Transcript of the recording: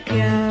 go